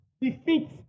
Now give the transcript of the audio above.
defeat